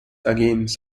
against